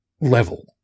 level